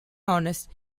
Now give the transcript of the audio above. honest